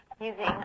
using